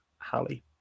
Hallie